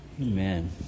Amen